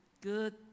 good